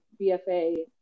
BFA